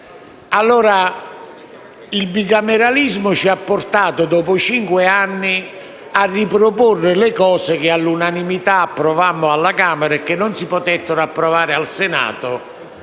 validata. Il bicameralismo ci ha portato, dopo cinque anni, a riproporre le cose che all'unanimità approvammo alla Camera e che non si poterono approvare al Senato